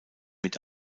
mit